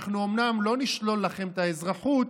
אנחנו אומנם לא נשלול לכם את האזרחות,